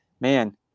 man